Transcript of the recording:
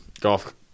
golf